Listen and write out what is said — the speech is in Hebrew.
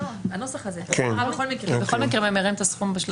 בכל מקרה ממירים את הסכום.